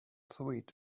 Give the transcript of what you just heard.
sweet